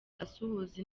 asuhuza